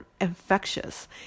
infectious